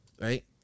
Right